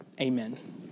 amen